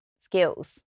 skills